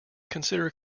consider